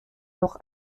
noch